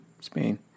Spain